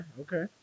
okay